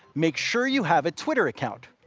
make sure you have a twitter account.